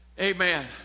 amen